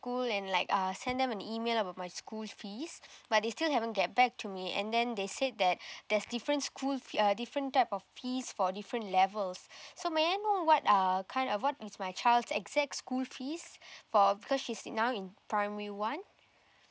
school and like uh send them an email about my school fees but they still haven't get back to me and then they said that there's different school uh different type of fees for different levels so may I know what uh kind of what is my child's exact school fees for because she's in now in primary one